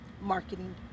marketing